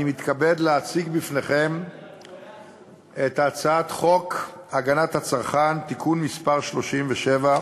אני מתכבד להציג בפניכם את הצעת חוק הגנת הצרכן (תיקון מס' 37),